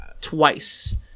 twice